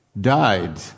died